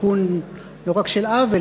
תיקון לא רק של עוול,